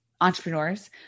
entrepreneurs